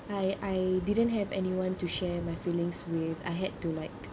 I I didn't have anyone to share my feelings with I had to like